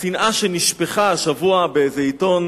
השנאה שנשפכה השבוע באיזה עיתון